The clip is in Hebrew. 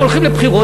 הם הולכים לבחירות,